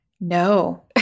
no